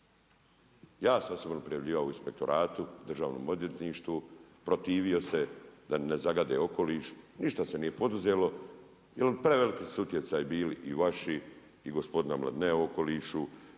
Ja sam osobno prijavljivao inspektoratu, Državnom odvjetništvu, protivio se da ne zagade okoliš. Ništa se nije poduzelo jer preveliki su utjecali bili i vaši i gospodina Mladinea u okolišu.